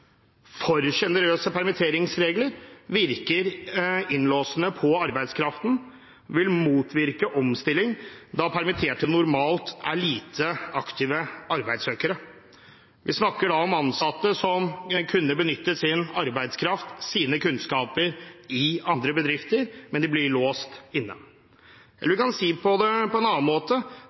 For generøse permitteringsregler virker innlåsende på arbeidskraften. Det vil motvirke omstilling, da permitterte normalt er lite aktive arbeidssøkere. Vi snakker da om ansatte som kunne benytte sin arbeidskraft, sine kunnskaper i andre bedrifter, men de blir låst inne. Vi kan si det på en annen måte: